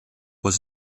was